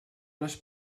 les